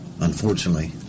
unfortunately